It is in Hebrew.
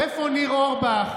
איפה ניר אורבך?